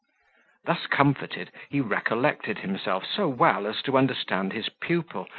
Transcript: thus comforted, he recollected himself so well as to understand his pupil,